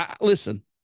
Listen